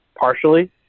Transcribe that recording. partially